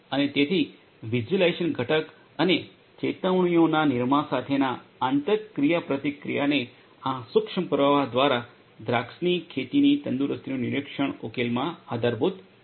અને તેથી વિઝ્યુલાઇઝેશન ઘટક અને ચેતવણીઓના નિર્માણ સાથેના આંતર ક્રિયાપ્રતિક્રિયાને આ સૂક્ષ્મ પ્રવાહ દ્વારા આ દ્રાક્ષની ખેતીની તંદુરસ્તીનું નિરીક્ષણ ઉકેલમાં આધારભૂત છે